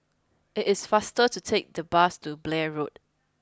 it is faster to take the bus to Blair Road